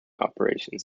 operations